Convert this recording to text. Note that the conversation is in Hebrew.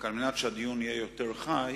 על מנת שהדיון יהיה יותר חי,